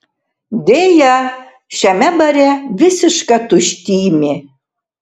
deja šiame bare visiška tuštymė